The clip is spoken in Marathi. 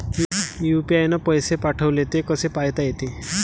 यू.पी.आय न पैसे पाठवले, ते कसे पायता येते?